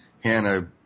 Hannah